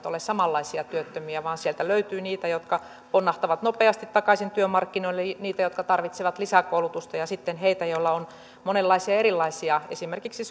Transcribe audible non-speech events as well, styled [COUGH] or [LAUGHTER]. [UNINTELLIGIBLE] ole samanlaisia työttömiä vaan sieltä löytyy niitä jotka ponnahtavat nopeasti takaisin työmarkkinoille niitä jotka tarvitsevat lisäkoulutusta ja sitten heitä joilla on monenlaisia erilaisia esimerkiksi [UNINTELLIGIBLE]